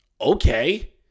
okay